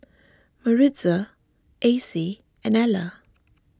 Maritza Acie and Ela